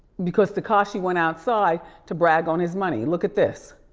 because tekashi went outside to brag on his money. look at this.